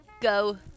go